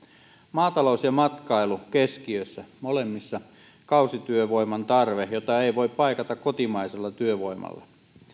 maatalous ja matkailu keskiössä molemmissa kausityövoiman tarve jota ei voi paikata kotimaisella työvoimalla